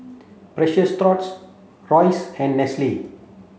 Precious Thots Royce and Nestle